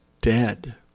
dead